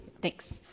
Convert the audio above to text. Thanks